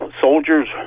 soldiers